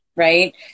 right